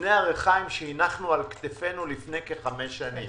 שאבני הריחיים שהנחנו על כתפנו לפני כחמש שנים.